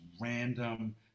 random